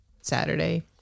Saturday